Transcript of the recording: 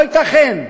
לא ייתכן.